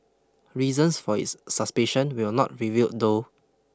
reasons for its suspicion were not revealed though